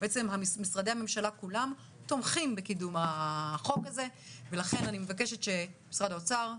משרדי הממשלה כולם תומכים בקידום החוק הזה ולכן אני מבקשת שמשרד האוצר,